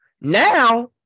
Now